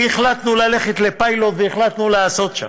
כי החלטנו ללכת לפיילוט, והחלטנו לעשות שם.